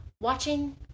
watching